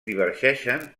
divergeixen